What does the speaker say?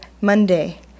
Monday